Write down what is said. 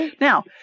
Now